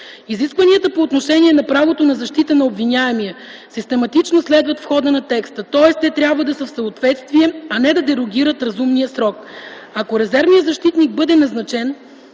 Изискванията по отношение на правото на защита на обвиняемия систематично следват в хода на текста, тоест те трябва да са в съответствие, а не да дерогират разумния срок. Ако резервен защитник бъде назначен,